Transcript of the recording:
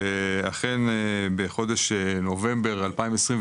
ואכן בחודש נובמבר 2021,